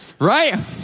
Right